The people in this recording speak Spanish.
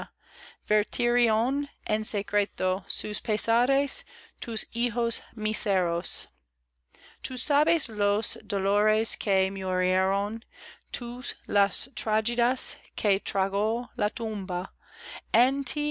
en secreto sus pesares tus hijos míseros tú sabes los dolores que murieron tú las tragedias que tragó la tumba